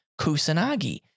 kusanagi